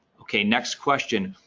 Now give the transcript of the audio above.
okay next question.